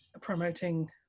promoting